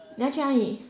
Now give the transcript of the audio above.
你要去哪里